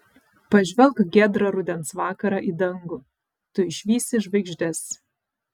pažvelk giedrą rudens vakarą į dangų tu išvysi žvaigždes